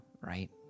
right